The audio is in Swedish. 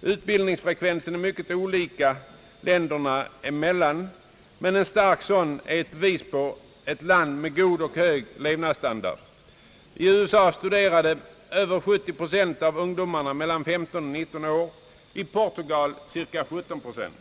Utbildningsfrekvensen är mycket olika länderna emellan, men en stark sådan kännetecknar ett land med god och hög levnadsstandard. I USA studerar över 70 procent av ungdomarna mellan 15 och 19 år, i Portugal cirka 17 procent.